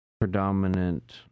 predominant